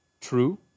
true